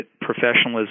professionalism